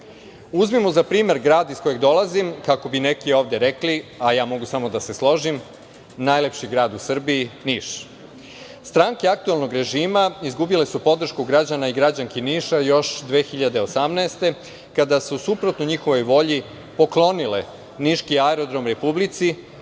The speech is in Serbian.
Srbije. Uzmimo za primer grad iz koga dolazim kako bi neki ovde rekli, a ja mogu samo da se složim, najlepši grad u Srbiji, Niš. Stranke aktuelnog režima izgubile su podršku građana i građanki Niša još 2018. godine kada su suprotno njihovoj volji poklonile niški aerodrom Republici